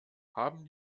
haben